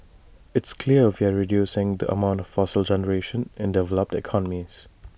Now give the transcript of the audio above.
it's clear we're reducing the amount of fossil generation in developed economies